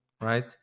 right